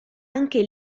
anche